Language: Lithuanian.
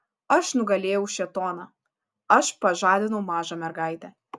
aš nugalėjau šėtoną aš pažadinau mažą mergaitę